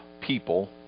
people